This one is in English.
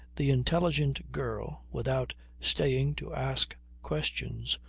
the intelligent girl, without staying to ask questions,